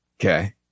Okay